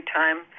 time